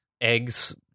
eggs